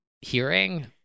hearing